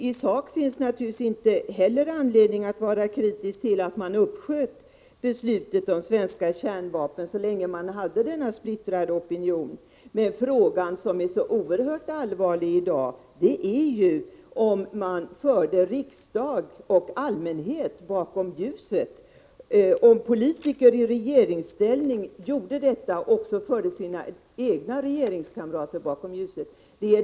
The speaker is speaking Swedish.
I sak finns det naturligtvis inte heller någon anledning att vara kritisk till att man uppsköt beslutet om svenska kärnvapen så länge det var en splittring i opinionen. Men den fråga som är oerhört allvarlig i dag är om man förde riksdag och allmänhet bakom ljuset och om politiker i regeringsställning också förde sina egna regeringskamrater bakom ljuset.